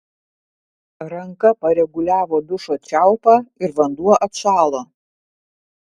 ranka pareguliavo dušo čiaupą ir vanduo atšalo